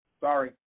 Sorry